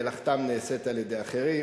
מלאכתם נעשית על-ידי אחרים,